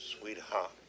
sweetheart